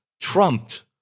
trumped